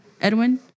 Edwin